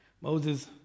Moses